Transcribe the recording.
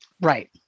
Right